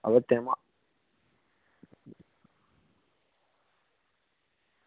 હવે તેમાં